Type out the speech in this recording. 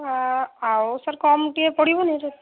ନା ଆଉ ସାର୍ କମ୍ ଟିକିଏ ପଡ଼ିବନି ରେଟ୍